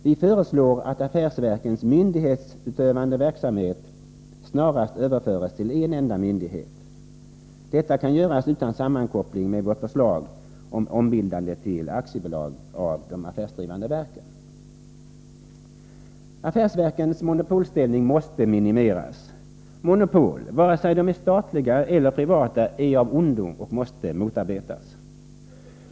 Vi föreslår att affärsverkens myndighetsutövande verksamhet snarast överförs till en enda myndighet. Detta kan göras utan sammankoppling med vårt förslag om Affärsverkens monopolställning måste minimeras. Monopol, vare sig de är statliga eller privata, är av ondo och måste motarbetas.